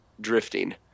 drifting